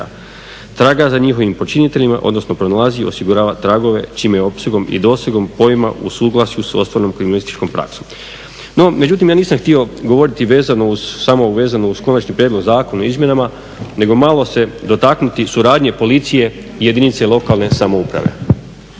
traga za njihovim počiniteljima odnosno pronalazi i osigurava tragove čijim je opsegom i dosegom pojma u suglasju sa ostvarenom kriminalističkom praksom. No, međutim ja nisam htio govoriti samo vezano uz konačni prijedlog zakona i izmjenama nego malo se dotaknuti suradnje policije i jedinice lokalne samouprave.